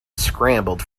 scrambled